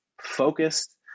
focused